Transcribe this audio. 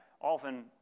often